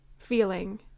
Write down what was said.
feeling